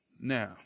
Now